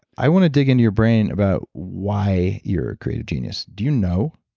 i want to dig into your brain about why you're creative genius, do you know?